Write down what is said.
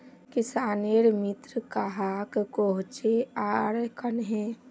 किसानेर मित्र कहाक कोहचे आर कन्हे?